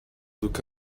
look